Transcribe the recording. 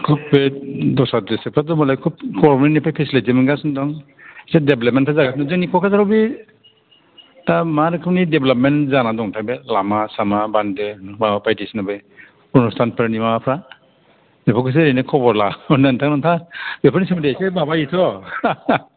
group फेट दस्रा दिस्थ्रिक्टफ्राथ' मालाय खुब गभारमेन्टनिफ्राय फिसिलिति मोनगासिनो दं एसे देब्लाबमेन्टथ' जागासिनो जोंनि क'क्राझाराव बे दा मा रोखोमनि देब्लाबमेन्ट जानानै दंथाय बे लामा सामा बान्दो बायदिसिना बे अनुस्थानफोरनि माबाफ्रा बेफोरखौसो ओरैनो खबर लाहरनो नोंथाङा बेफोरनि सोमोन्दै एसे माबायोथ'